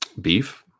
Beef